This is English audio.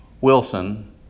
Wilson